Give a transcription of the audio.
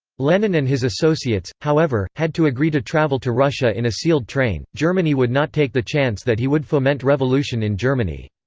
lenin and his associates, however, had to agree to travel to russia in a sealed train germany would not take the chance that he would foment revolution in germany.